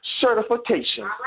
certification